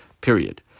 Period